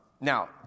Now